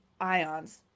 ions